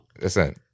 Listen